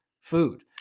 food